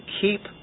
keep